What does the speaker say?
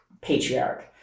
patriarch